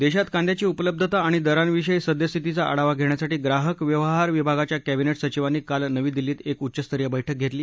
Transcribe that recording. देशात कांद्याची उपलब्धता आणि दरांविषयी सद्यस्थितीचा आढावा घेण्यासाठी ग्राहक व्यवहार विभागाच्या कॅबिनेट सचिवांनी काल नवी दिल्लीत एक उच्चस्तरीय बैठक घेतली